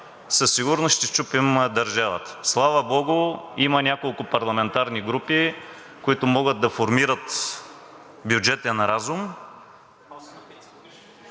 със сигурност ще счупим държавата. Слава богу, има няколко парламентарни групи, които могат да формират бюджетен разум…